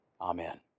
Amen